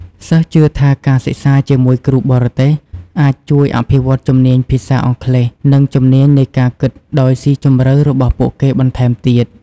សិស្សជឿថាការសិក្សាជាមួយគ្រូបរទេសអាចជួយអភិវឌ្ឍជំនាញភាសាអង់គ្លេស និងជំនាញនៃការគិតដោយសុីជម្រៅរបស់ពួកគេបន្ថែមទៀត។